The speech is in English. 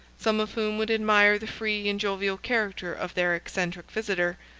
some of whom would admire the free and jovial character of their eccentric visitor,